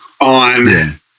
on